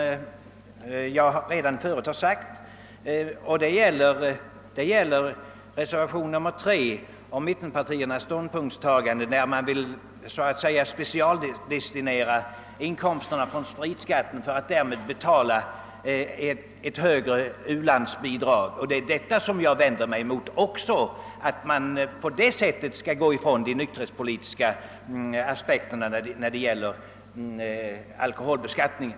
Jag vill tillfoga något, som jag förut sagt, när det gäller reservation nr 3 och mittenpartiernas ståndpunktstagande, där de så att säga vill specialdesti nera inkomsterna från spritskatten för att därmed betala ett högre u-landsbidrag. Detta vänder jag mig emot och anser att man inte på det sättet skall gå ifrån de nykterhetspolitiska aspekterna när det gäller alkoholbeskattningen.